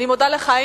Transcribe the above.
אני מודה לך.